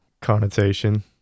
connotation